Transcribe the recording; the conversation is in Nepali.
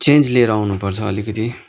चेन्ज लिएर आउनु पर्छ अलिकति